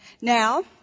now